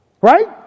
Right